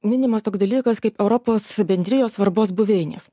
minimas toks dalykas kaip europos bendrijos svarbos buveinės